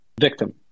victim